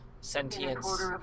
sentience